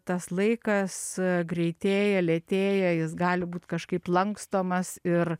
tas laikas greitėja lėtėja jis gali būt kažkaip lankstomas ir